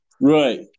Right